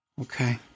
Okay